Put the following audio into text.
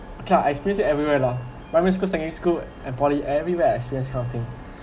okay lah I experience everywhere lah primary school secondary school and poly everywhere experience this kind of thing